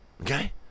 Okay